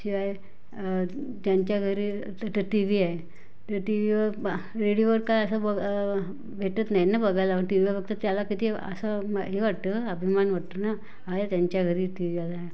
शिवाय ज्यांच्या घरी तिथं टी वी आहे तर टी वीवर रेडिओवर काय असं बघ भेटत नाही न बघायला मग टी वीवर बघतात त्याला किती असं हे वाटतं अभिमान वाटतो ना अरे त्यांच्या घरी टी वी आला आहे